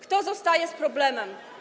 Kto zostaje z problemem?